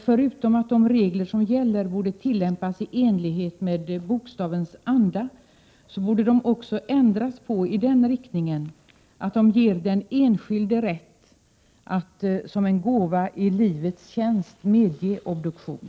Förutom att de regler som gäller borde tillämpas enligt bokstavens anda borde de också ändras i riktningen att ge den enskilde rätt att som en gåva i livets tjänst medge obduktion.